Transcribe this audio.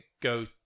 go